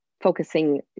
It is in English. focusing